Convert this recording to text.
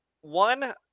one